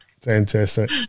Fantastic